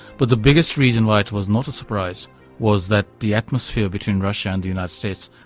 but the biggest reason why it was not a surprise was that the atmosphere between russia and the united states,